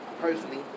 Personally